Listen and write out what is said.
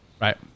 Right